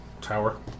tower